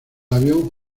avión